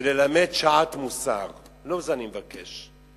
וללמד שעת מוסר, לא זה אני מבקש.